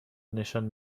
نشان